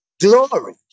glory